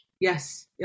Yes